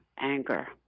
anger